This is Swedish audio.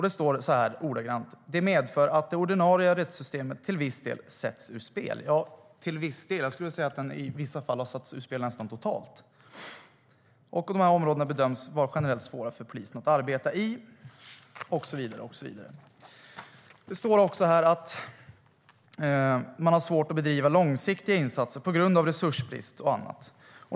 Det står så här: Det medför att det ordinarie rättssystemet till viss del sätts ut spel. Jag skulle säga att det i vissa fall har satts ut spel nästan totalt. Det står också att de här områdena bedöms vara generellt svåra för polisen att arbeta i och att man har svårt att bedriva långsiktiga insatser på grund av resursbrist och annat.